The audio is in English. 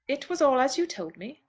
it was all as you told me.